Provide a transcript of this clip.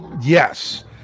Yes